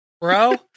Bro